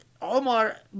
Omar